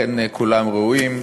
כאן כולם ראויים,